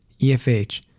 EFH